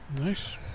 Nice